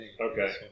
Okay